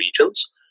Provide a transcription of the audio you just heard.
regions